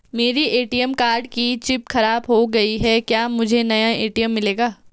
मेरे ATM card की chip खराब हो गयी है क्या मुझे नया ए.टी.एम मिलेगा?